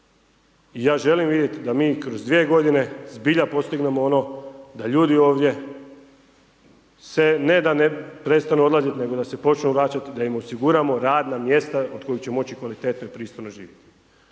I ja želim vidjeti da mi kroz dvije godine zbilja postignemo ono da ljudi ovdje se ne da prestanu odlaziti, nego da se počnu vraćati da im osiguramo radna mjesta od kojih će moći kvalitetno i pristojno živjeti.